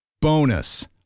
Bonus